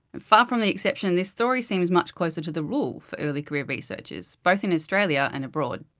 and far from the exception, this story seems much closer to the rule for early career researchers, both in australia and abroad.